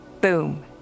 boom